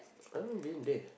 I don't even been there